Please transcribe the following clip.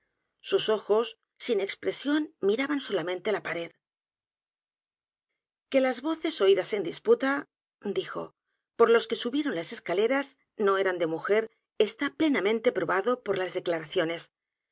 sus ojos sin expresión miraban solamente la pared que las voces oídas en disputa dijo por los que subieron las escaleras no eran de mujer está plenamente probado por las declaraciones